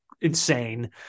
insane